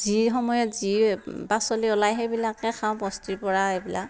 যি সময়ত যি পাচলি ওলাই সেইবিলাকে খাওঁ বস্তিৰ পৰা এইবিলাক